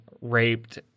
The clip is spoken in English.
raped